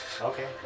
Okay